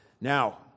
Now